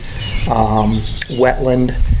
wetland